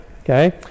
Okay